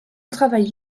travail